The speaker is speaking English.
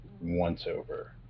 once-over